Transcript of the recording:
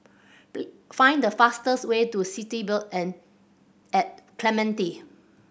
find the fastest way to City at Clementi